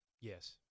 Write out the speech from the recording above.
Yes